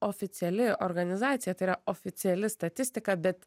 oficiali organizacija tai yra oficiali statistika bet